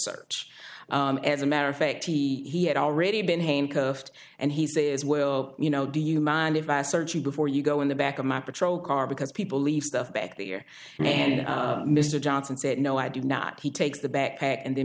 search as a matter of fact he had already been handcuffed and he says well you know do you mind if i search you before you go in the back of my patrol car because people leave stuff back there and mr johnson said no i did not he takes the backpack and the